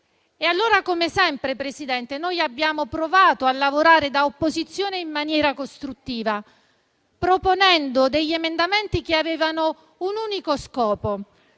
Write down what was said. E allora come sempre, Presidente, noi abbiamo provato a lavorare da opposizione in maniera costruttiva, proponendo degli emendamenti che avevano un unico scopo: